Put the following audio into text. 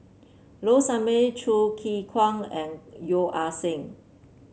Low Sanmay Choo Keng Kwang and Yeo Ah Seng